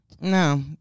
No